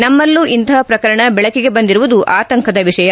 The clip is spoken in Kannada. ನಮ್ನಲ್ಲೊ ಇಂಥ ಪ್ರಕರಣ ಬೆಳಕಿಗೆ ಬಂದಿರುವುದು ಆತಂಕದ ವಿಷಯ